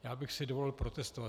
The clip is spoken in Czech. Já bych si dovolil protestovat.